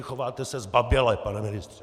Chováte se zbaběle, pane ministře!